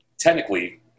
Technically